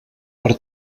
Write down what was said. per